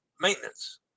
maintenance